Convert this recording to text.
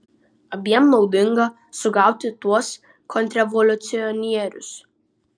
abiem naudinga sugauti tuos kontrrevoliucionierius